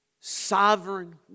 sovereign